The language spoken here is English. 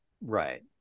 Right